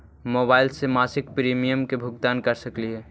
Mobile से मासिक premium के भुगतान कर सकली हे?